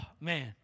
man